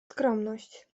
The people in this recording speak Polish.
skromność